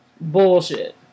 Bullshit